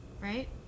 Right